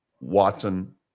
Watson